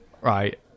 right